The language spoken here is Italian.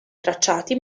tracciati